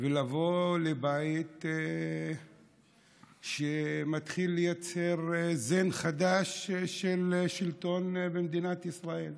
ולבוא לבית שמתחיל לייצר זן חדש של שלטון במדינת ישראל.